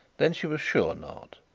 then she was sure not.